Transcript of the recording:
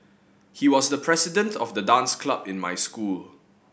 he was the president of the dance club in my school